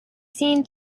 seen